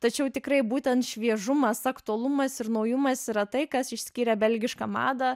tačiau tikrai būtent šviežumas aktualumas ir naujumas yra tai kas išskyrė belgišką madą